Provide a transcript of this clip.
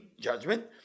judgment